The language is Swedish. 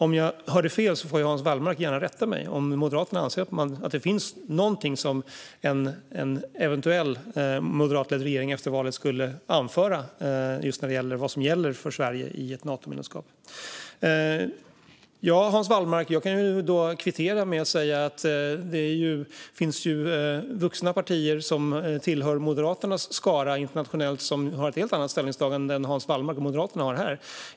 Om jag hörde fel får Hans Wallmark gärna rätta mig när det gäller vad Moderaterna anser att en eventuell moderatledd regering efter valet skulle anföra i fråga om vad som gäller för Sverige i ett Natomedlemskap. Jag kan kvittera med att säga att det finns vuxna partier som tillhör Moderaternas skara internationellt som gör ett helt annat ställningstagande än vad Hans Wallmark och Moderaterna gör här.